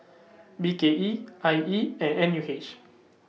B K E I E and N U H